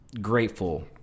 grateful